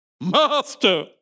Master